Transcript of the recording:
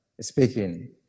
speaking